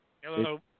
Hello